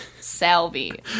Salvi